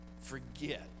forget